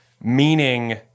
meaning